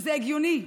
שזה הגיוני,